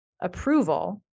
approval